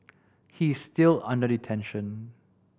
he is still under detention